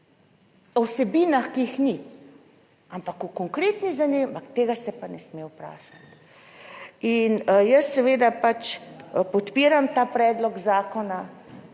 vsebinah, ki jih ni, ampak o konkretni zadevi, ampak tega se pa ne sme vprašati in jaz seveda podpiram ta predlog zakona,